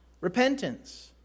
Repentance